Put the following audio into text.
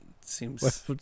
seems